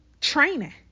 training